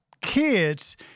kids